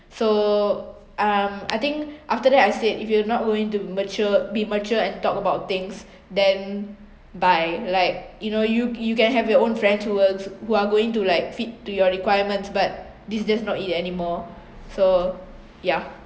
so um I think after that I said if you are not going to mature be mature and talk about things then by like you know you you can have your own friends who will who are going to like fit to your requirements but this just not me anymore so ya